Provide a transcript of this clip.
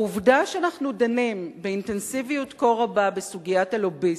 העובדה שאנחנו דנים באינטנסיביות כה רבה בסוגיית הלוביסטים,